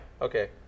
Okay